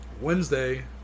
Wednesday